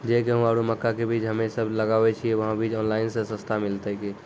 जे गेहूँ आरु मक्का के बीज हमे सब लगावे छिये वहा बीज ऑनलाइन मे सस्ता मिलते की?